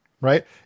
right